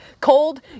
Cold